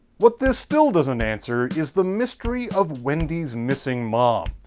what this still doesn't answer is the mystery of wendy's missing mom.